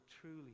truly